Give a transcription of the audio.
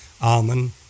almond